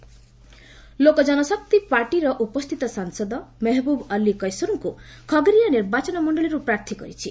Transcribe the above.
LJP Lok Janshakti party ଉପସ୍ଥିତ ସାଂସଦ ମେହେବୃବ୍ ଅଲ୍ଲି କେସର୍କୃ ଖଗରିଆ ନିର୍ବାଚନ ମଣ୍ଡଳୀରୁ ପ୍ରାର୍ଥୀ କରିଛି